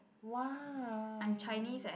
why